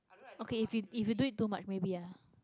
okay if you if you do it too much maybe ya